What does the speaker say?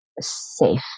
Safe